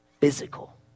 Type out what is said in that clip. Physical